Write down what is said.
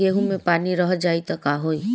गेंहू मे पानी रह जाई त का होई?